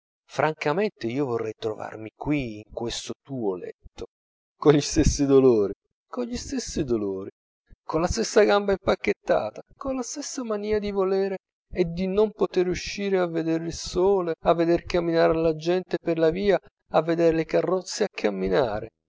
francamente io vorrei trovarmi qui in questo tuo letto con gli stessi dolori con gli stessi dolori con la stessa gamba impacchettata con la stessa mania di volere e di non poter uscir a vedere il sole a veder camminar la gente per via a vedere le carrozze a camminare